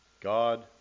God